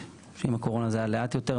שעם הקורונה זה היה לאט יותר,